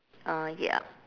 uh ya